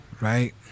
right